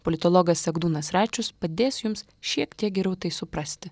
politologas egdūnas račius padės jums šiek tiek geriau tai suprasti